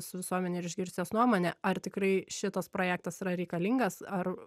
su visuomene ir išgirst jos nuomonę ar tikrai šitas projektas yra reikalingas ar